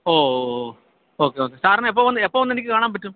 ഓ ഓ ഓ okay okay സാറിനെ എപ്പോള് വന്ന് എപ്പോള് വന്ന് എനിക്ക് കാണാന് പറ്റും